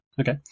Okay